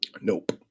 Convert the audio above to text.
Nope